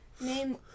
Name